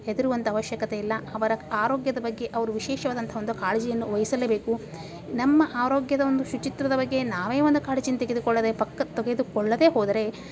ಹೆದರುವಂಥ ಅವಶ್ಯಕತೆ ಇಲ್ಲ ಅವರ ಆರೋಗ್ಯದ ಬಗ್ಗೆ ಅವರು ವಿಶೇಷವಾದಂಥ ಒಂದು ಕಾಳಜಿಯನ್ನು ವಹಿಸಲೇಬೇಕು ನಮ್ಮ ಆರೋಗ್ಯದ ಒಂದು ಶುಚಿತ್ವದ ಬಗ್ಗೆ ನಾವೇ ಒಂದು ಕಾಳಜಿಯನ್ನು ತೆಗೆದುಕೊಳ್ಳದೆ ಪಕ್ಕ ತೆಗೆದುಕೊಳ್ಳದೆ ಹೋದರೆ